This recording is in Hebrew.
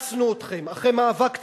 אילצנו אתכם, אחרי מאבק ציבורי,